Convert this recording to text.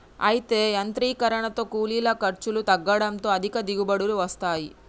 అయితే యాంత్రీకరనతో కూలీల ఖర్చులు తగ్గడంతో అధిక దిగుబడులు వస్తాయి